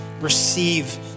Receive